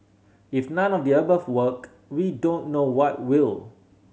if none of the above work we don't know what will